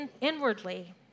inwardly